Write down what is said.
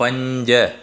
पंज